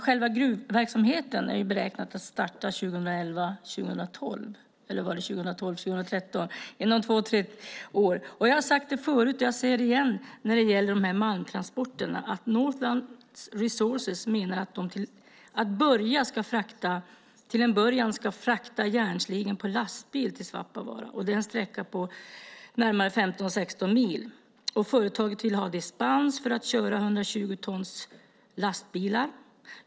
Själva gruvverksamheten är ju planerad att starta inom två tre år - jag tror det var 2012-2013. Northland Resources menar att man till en början ska frakta järnsligen på lastbil till Svappavaara, och det är en sträckare på 15-16 mil. Företaget vill ha dispens att köra 120-tonslastbilar.